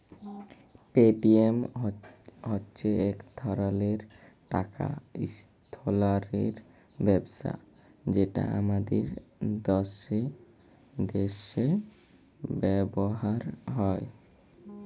Paytm হছে ইক ধরলের টাকা ইস্থালাল্তরের ব্যবস্থা যেট আমাদের দ্যাশে ব্যাভার হ্যয়